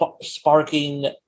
sparking